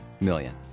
million